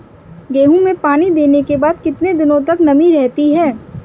गेहूँ में पानी देने के बाद कितने दिनो तक नमी रहती है?